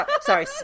Sorry